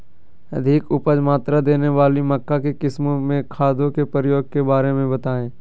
अधिक उपज मात्रा देने वाली मक्का की किस्मों में खादों के प्रयोग के बारे में बताएं?